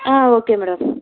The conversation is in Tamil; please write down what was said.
ah okay madam